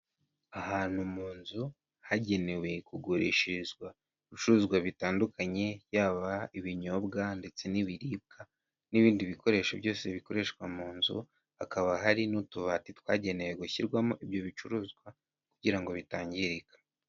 Ahantu mu nzu, hagenewe kugurishirizwa ibicuruzwa bitandukanye, yaba ibinyobwa ndetse n'ibiribwa n'ibindi bikoresho byose bikoreshwa mu nzu, hakaba hari n'utubati twagenewe gushyirwamo ibyo bicuruzwa kugira ngo bitangirika.